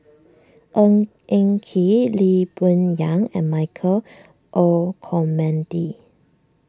Ng Eng Kee Lee Boon Yang and Michael Olcomendy